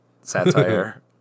satire